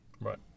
Right